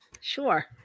sure